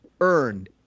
earned